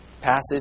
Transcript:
passage